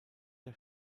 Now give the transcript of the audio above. der